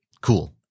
Cool